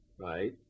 right